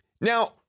now